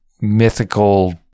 mythical